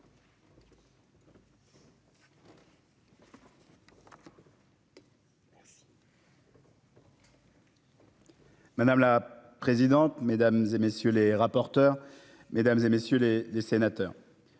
Madame la présidente, mesdames et messieurs les rapporteurs, mesdames et messieurs les les sénateurs.